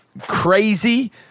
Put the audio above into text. crazy